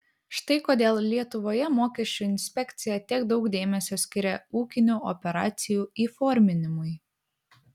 štai kodėl lietuvoje mokesčių inspekcija tiek daug dėmesio skiria ūkinių operacijų įforminimui